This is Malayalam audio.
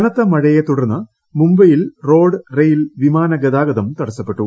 കനത്ത മഴയെ തുടർന്ന് മുംബൈയിൽ റോഡ് റെയിൽ വിമാന ഗതാഗതം തടസ്സപ്പെട്ടു